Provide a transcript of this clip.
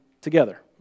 together